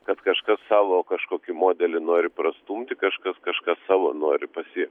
kad kažkas savo kažkokį modelį nori prastumti kažkas kažką savo nori pasiek